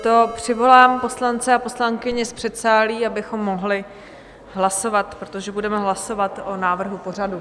Proto přivolám poslance a poslankyně z předsálí, abychom mohli hlasovat, protože budeme hlasovat o návrhu pořadu.